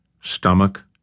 stomach